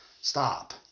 Stop